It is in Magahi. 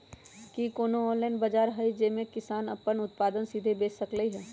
कि कोनो ऑनलाइन बाजार हइ जे में किसान अपन उत्पादन सीधे बेच सकलई ह?